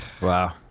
wow